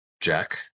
Jack